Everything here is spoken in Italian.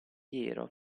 piero